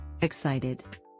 excited